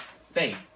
faith